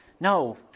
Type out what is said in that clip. No